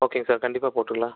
ஓகேங்க சார் கண்டிப்பாக போட்டுருலாம்